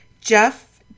Jeff